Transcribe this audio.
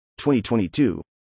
2022